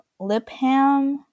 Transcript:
Lipham